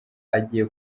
agiye